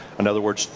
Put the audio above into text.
in other words,